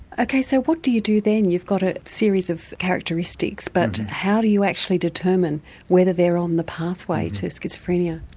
ok, so what do you do then, you've got a series of characteristics, but how do you actually determine whether they're on the pathway to schizophrenia?